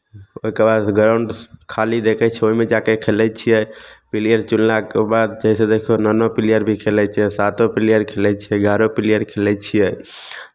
ओहिकेबाद ग्राउंड खाली देखै छियै ओहिमे जा कऽ खेलै छियै पिलियर चुनलाके बाद जैसे देखियौ नओ नओ पिलियर भी खेलै छै सातो पिलियर खेलै छै एगारहो पिलियर भी खेलै छियै